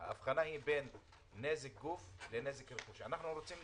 ההבחנה היא בין נזק גוף לנזק לרכוש.